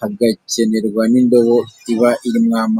hagakenerwa n'indobo iba irimo amazi.